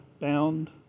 bound